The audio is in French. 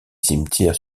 cimetière